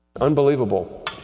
Unbelievable